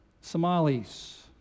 Somalis